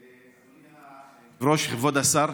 אדוני היושב-ראש, כבוד השר,